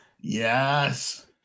yes